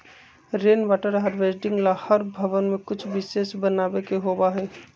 rain water harvesting ला हर भवन में कुछ विशेष बनावे के होबा हई